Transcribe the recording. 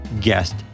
guest